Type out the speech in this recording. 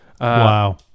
wow